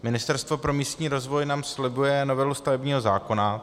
Ministerstvo pro místní rozvoj nám slibuje novelu stavebního zákona.